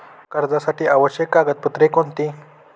कर्जासाठी आवश्यक कागदपत्रे कोणती?